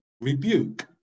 rebuke